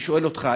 אני שואל אותך,